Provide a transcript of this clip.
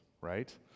right